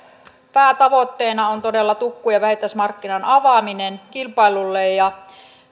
päätavoitteena on todella tukku ja vähittäismarkkinan avaaminen kilpailulle ja